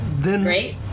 Great